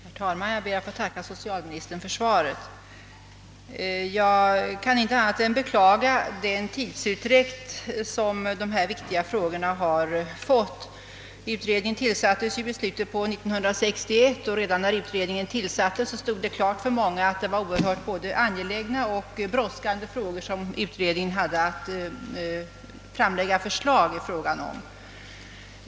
Herr talman! Jag ber att få tacka socialministern för svaret. Jag kan inte annat än beklaga den tidsutdräkt som behandlingen av dessa viktiga spörsmål fått. Utredningen tillsattes ju i slutet av 1961 och redan då stod det klart för många att det var både angelägna och brådskande frågor som utredningen hade att framlägga förslag i.